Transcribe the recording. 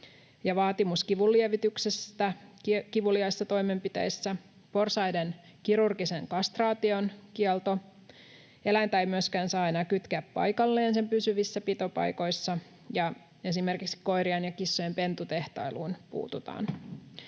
vaatimus kivunlievityksestä kivuliaissa toimenpiteissä, porsaiden kirurgisen kastraation kielto. Eläintä ei myöskään saa enää kytkeä paikalleen sen pysyvissä pitopaikoissa. Esimerkiksi koirien ja kissojen pentutehtailuun puututaan.